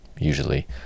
Usually